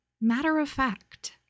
matter-of-fact